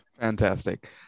Fantastic